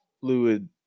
fluid